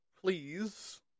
please